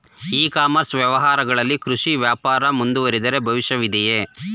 E commerce ವ್ಯವಹಾರಗಳಲ್ಲಿ ಕೃಷಿ ವ್ಯಾಪಾರ ಮುಂದುವರಿದರೆ ಭವಿಷ್ಯವಿದೆಯೇ?